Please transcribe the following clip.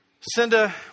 Cinda